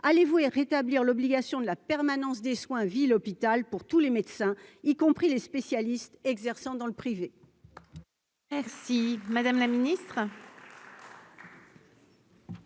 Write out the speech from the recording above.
allez-vous et rétablir l'obligation de la permanence des soins ville hôpital pour tous les médecins, y compris les spécialistes exerçant dans le privé.